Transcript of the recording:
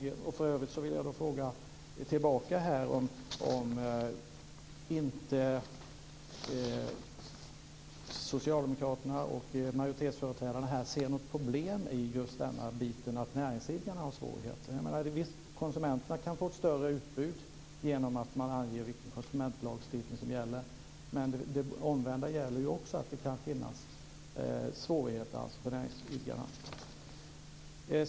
För övrigt vill jag fråga om inte socialdemokraterna och majoritetsföreträdarena ser något problem med att näringsidkarna har svårigheter. Visst, konsumenterna kan få ett större utbud om det finns angivet vilken konsumentlagstiftning som gäller. Men även det omvända gäller ju, att det kan finnas svårigheter för näringsidkarna.